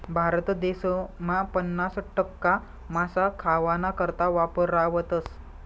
भारत देसमा पन्नास टक्का मासा खावाना करता वापरावतस